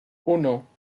uno